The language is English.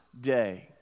day